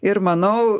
ir manau